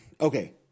okay